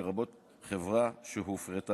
לרבות חברה שהופרטה.